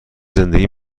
زندگی